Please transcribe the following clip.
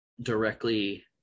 directly